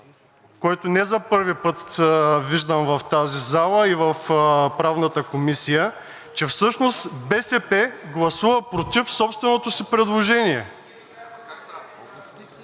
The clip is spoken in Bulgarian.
който не за първи път виждам в тази зала и в Правната комисия, че всъщност БСП гласува против собственото си предложение